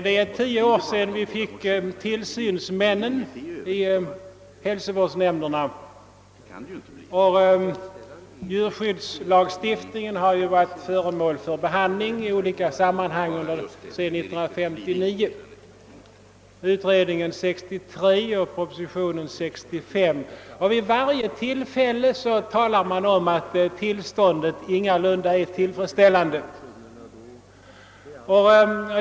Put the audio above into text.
Det är tio år sedan vi fick tillsynsmän i hälsovårdsnämnden, och djurskyddslagstiftningen har varit föremål för behandling i olika sammanhang sedan 1959: i djurskyddsutredningen 1963, i propositionen 1965 och i samband med motionsyrkanden. Vid varje tillfälle säger man att tillståndet ingalunda är tillfredsställande.